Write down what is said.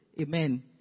Amen